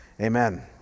amen